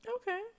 Okay